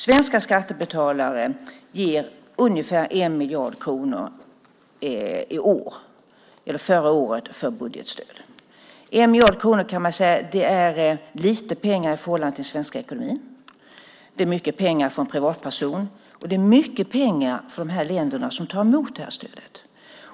Svenska skattebetalare gav ungefär 1 miljard kronor förra året i budgetstöd. 1 miljard kronor är lite pengar i förhållande till den svenska ekonomin, men det är mycket pengar för en privatperson och det är mycket pengar för de länder som tar emot stödet.